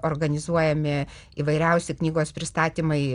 organizuojami įvairiausi knygos pristatymai